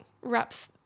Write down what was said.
wraps